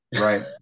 Right